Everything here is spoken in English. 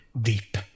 deep